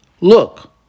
look